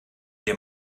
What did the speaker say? dir